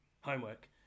homework